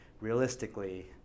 realistically